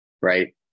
right